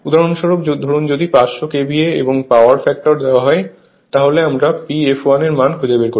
উদাহরণস্বরূপ ধরুন যদি 500 KVA এবং পাওয়ার ফ্যাক্টর দেওয়া হয় তাহলে আমরা P fl এর মান খুঁজে বের করি